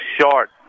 short